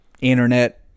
Internet